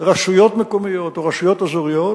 רשויות מקומיות, או רשויות אזוריות,